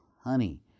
honey